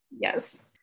Yes